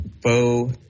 bo